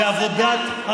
אבל בכל אופן, התערבתי.